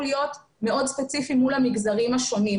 להיות מאוד ספציפיים מול המגזרים השונים.